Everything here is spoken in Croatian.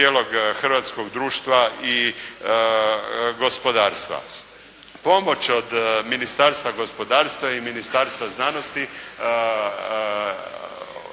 hrvatskog društva i gospodarstva. Pomoć od Ministarstva gospodarstva i Ministarstva znanosti